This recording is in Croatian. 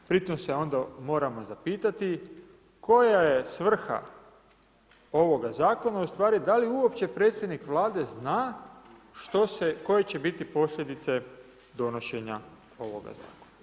Pri tome se onda moram zapitati koja je svrha ovoga Zakona, u stvari da li je uopće predsjednik Vlade zna što se, koje će biti posljedice donošenja ovoga Zakona.